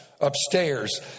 upstairs